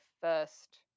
first